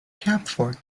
camphor